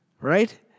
Right